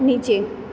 નીચે